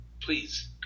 Please